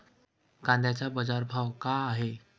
कांद्याचे बाजार भाव का हाये?